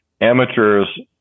amateurs